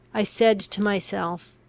i said to myself,